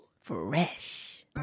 Fresh